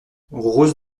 rose